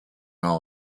all